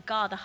God